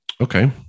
Okay